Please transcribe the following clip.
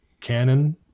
canon